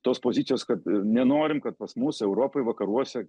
tos pozicijos kad nenorim kad pas mus europoj vakaruose